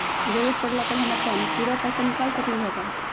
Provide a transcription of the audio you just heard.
जरूरत परला पर हम अपन पूरा पैसा निकाल सकली ह का?